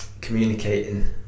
communicating